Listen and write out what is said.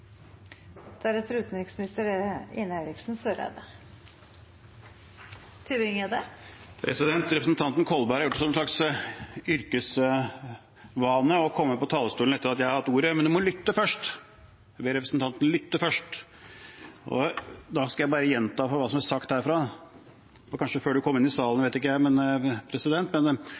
Representanten Kolberg har visst som en slags yrkesvane å komme på talerstolen etter at jeg har hatt ordet. Men han må lytte først, jeg vil be representanten lytte først. Jeg skal bare gjenta hva som er sagt herfra – kanskje før han kom inn i salen, jeg vet ikke.